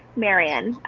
marion,